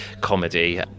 comedy